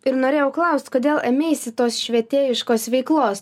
ir norėjau klausti kodėl ėmeisi tos švietėjiškos veiklos